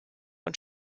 und